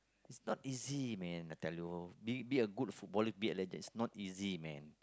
it's not easy man I tell you be be a good footballer be like that is not easy man